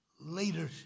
leadership